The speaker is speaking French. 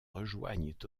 rejoignent